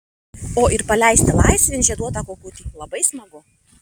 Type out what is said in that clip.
o ir paleisti laisvėn žieduotą kukutį labai smagu